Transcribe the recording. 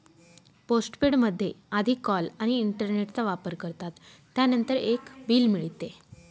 postpaid मध्ये आधी call आणि इंटरनेटचा वापर करतात, त्यानंतर एक बिल मिळते